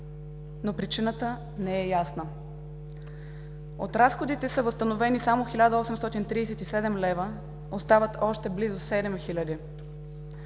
аз. Причината не е ясна… От разходите са възстановени само 1837 лв. Остават още близо 7